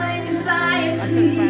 anxiety